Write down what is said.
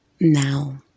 Now